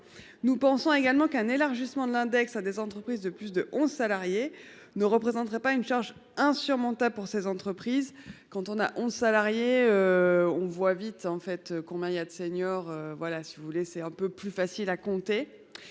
Nous pensons également qu'un élargissement de l'index, à des entreprises de plus de 11 salariés ne représenterait pas une charge insurmontable pour ces entreprises. Quand on a 11 salariés. On voit vite en fait qu'on Maya de seniors. Voilà si vous voulez c'est un peu plus facile à compter.